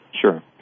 Sure